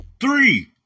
Three